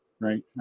Right